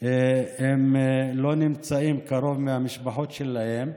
והם לא נמצאים קרוב למשפחות שלהם.